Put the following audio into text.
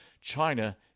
China